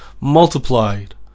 multiplied